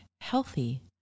healthy